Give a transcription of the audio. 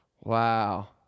Wow